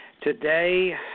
Today